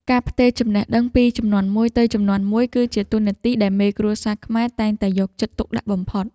ការផ្ទេរចំណេះដឹងពីជំនាន់មួយទៅជំនាន់មួយ គឺជាតួនាទីដែលមេគ្រួសារខ្មែរតែងតែយកចិត្តទុកដាក់បំផុត។